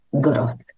growth